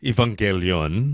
Evangelion